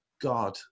God